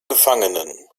gefangenen